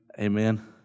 Amen